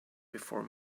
before